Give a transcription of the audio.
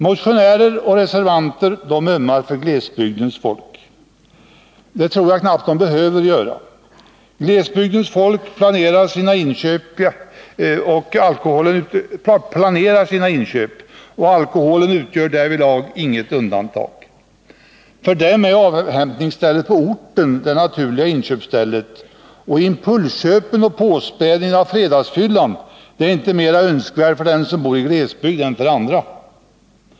Motionärer och reservanter ömmar för glesbygdens folk. Det tror jag inte de behöver göra. Glesbygdens folk planerar sina inköp, och alkoholinköpen utgör därvidlag inget undantag. För dem är avhämtningsstället på orten det naturliga inköpsstället, och impulsköp och påspädning av fredagsfyllan är inte mera önskvärt i glesbygd än på andra håll.